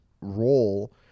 role